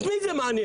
את מי זה מעניין?